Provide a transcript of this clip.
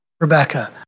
Rebecca